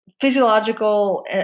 physiological